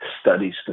studies